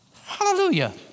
Hallelujah